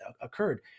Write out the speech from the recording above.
occurred